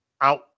Out